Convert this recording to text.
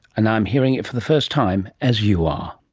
and i'm hearing it for the first time as you are.